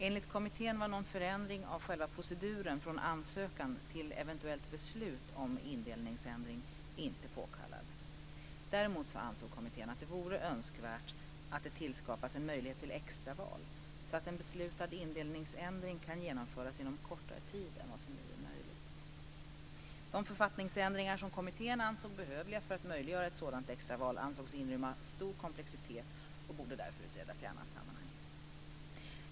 Enligt kommittén var någon förändring av själva proceduren från ansökan till eventuellt beslut om indelningsändring inte påkallad. Däremot ansåg kommittén att det vore önskvärt att det tillskapas en möjlighet till extraval, så att en beslutad indelningsändring kan genomföras inom kortare tid än vad som nu är möjligt. De författningsändringar som kommittén ansåg behövliga för att möjliggöra ett sådant extraval ansågs inrymma stor komplexitet och borde därför utredas i annat sammanhang.